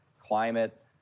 climate